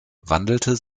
wandelte